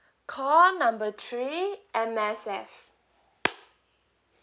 call number three M_S_F